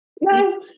no